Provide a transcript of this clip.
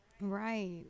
Right